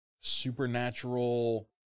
supernatural